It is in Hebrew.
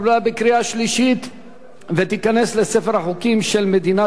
48 בעד, אין מתנגדים, אין נמנעים.